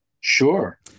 Sure